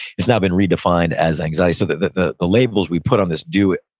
it's now been redefined as anxiety. the the labels we put on this do